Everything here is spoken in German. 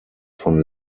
von